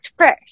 First